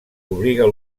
obliga